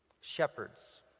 Shepherds